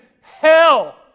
hell